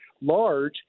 large